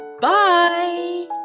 bye